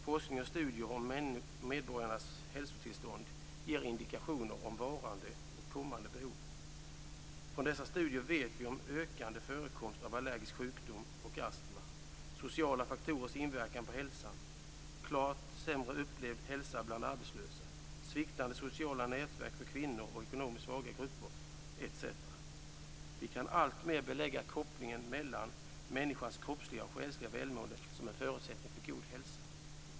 Forskning om och studier av medborgarnas hälsotillstånd ger indikationer om nuvarande och kommande behov. Från dessa studier vet vi om ökande förekomst av allergisk sjukdom och astma, sociala faktorers inverkan på hälsan, att arbetslösa klart upplever sig har sämre hälsa, sviktande sociala nätverk för kvinnor och ekonomiskt svaga grupper etc. Vi kan alltmer belägga kopplingen mellan människans kroppsliga och själsliga välmående som en förutsättning för god hälsa.